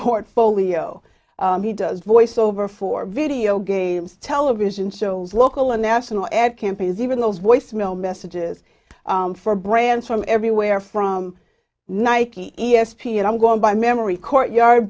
portfolio he does voice over for video games television shows local and national ad campaigns even those voicemail messages for brands from everywhere from nike e s p n i'm going by memory courtyard